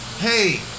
Hey